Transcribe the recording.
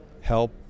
help